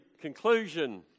conclusion